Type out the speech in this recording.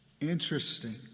Interesting